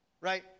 Right